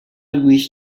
wish